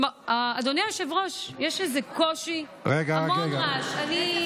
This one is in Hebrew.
אדוני היושב-ראש, יש איזה קושי, המון רעש.